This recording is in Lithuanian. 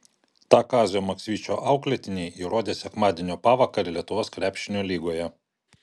tą kazio maksvyčio auklėtiniai įrodė sekmadienio pavakarę lietuvos krepšinio lygoje